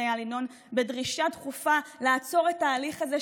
ינון בדרישה דחופה לעצור את ההליך הזה,